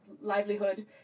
livelihood